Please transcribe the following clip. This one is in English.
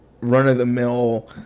run-of-the-mill